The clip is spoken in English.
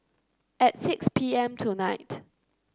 at six P M tonight